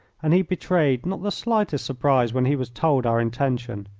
and he betrayed not the slightest surprise when he was told our intention.